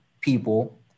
people